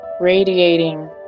radiating